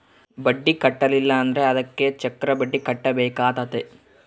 ಬಡ್ಡಿ ಕಟ್ಟಿಲ ಅಂದ್ರೆ ಅದಕ್ಕೆ ಚಕ್ರಬಡ್ಡಿ ಕಟ್ಟಬೇಕಾತತೆ